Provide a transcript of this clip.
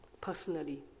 personally